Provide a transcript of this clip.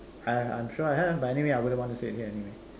uh I'm sure I have but anyway I wouldn't want to say it here anyway